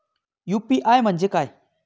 UPI म्हणजे काय?